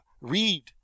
read